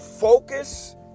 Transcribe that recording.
focus